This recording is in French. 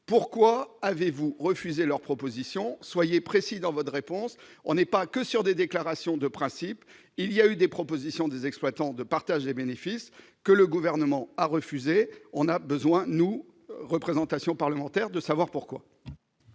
pourquoi avez-vous refusé leur proposition, soyez précis dans vos de réponse, on n'est pas que sur des déclarations de principe, il y a eu des propositions des exploitants de partage des bénéfices que le gouvernement a refusé, on a besoin de nous, représentation parlementaire de savoir pourquoi.